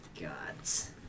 Gods